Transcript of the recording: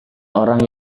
orang